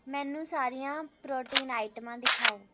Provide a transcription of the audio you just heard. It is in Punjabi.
ਮੈਨੂੰ ਸਾਰੀਆਂ ਪ੍ਰੋਟੀਨ ਆਈਟਮਾਂ ਦਿਖਾਉ